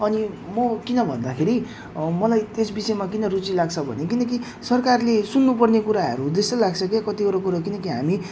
अनि म किन भन्दाखेरि मलाई त्यस विषयमा किन रुचि लाग्छ भने किनकि सरकारले सुन्नु पर्ने कुराहरू हो जस्तो लाग्छ के कतिवटा कुरो किनकि हामी